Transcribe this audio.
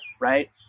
right